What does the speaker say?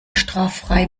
straffrei